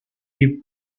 die